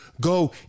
Go